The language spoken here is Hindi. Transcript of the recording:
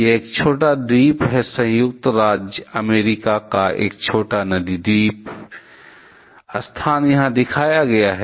यह एक छोटा द्वीप था संयुक्त राज्य अमेरिका का एक छोटा नदी द्वीप स्थान यहाँ दिखाया गया है